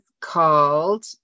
called